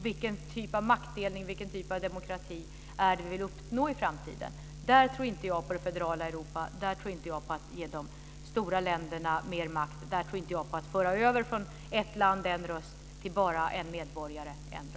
Vilken typ av maktdelning och vilken typ av demokrati är det vi vill uppnå i framtiden? Där tror inte jag på det federala Europa. Där tror inte jag på att ge de stora länderna mer makt och gå över från ett land-en röst till bara en medborgare-en röst.